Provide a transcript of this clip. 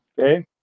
Okay